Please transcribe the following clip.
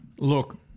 look